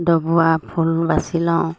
ডবোৱা ফুল বাচি লওঁ